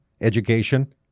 education